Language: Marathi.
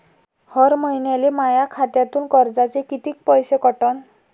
हर महिन्याले माह्या खात्यातून कर्जाचे कितीक पैसे कटन?